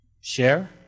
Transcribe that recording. share